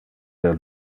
del